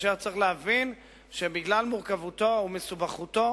וצריך להבין שבגלל מורכבותו ומסובכותו